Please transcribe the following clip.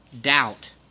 doubt